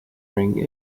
ring